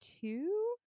two